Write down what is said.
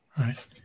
right